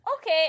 Okay